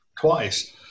twice